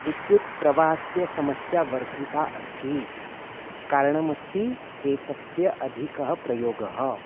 विद्युत्प्रवाहस्य समस्या वर्धिता अस्ति कारणमस्ति एतस्य अधिकः प्रयोगः